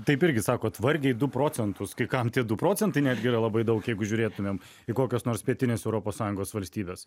taip irgi sakot vargiai du procentus kai kam tie du procentai netgi yra labai daug jeigu žiūrėtumėm į kokias nors pietines europos sąjungos valstybes